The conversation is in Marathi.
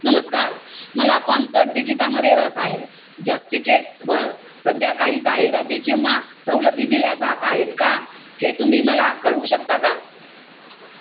नमस्कार मला कॉन्सर्ट तिकिटांमध्ये रस आहे जस् टिकेट्सवर सध्या काही जाहिराती किंवा सवलती दिल्या जात आहेत का हे तुम्ही मला कळवू शकता का